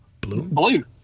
Blue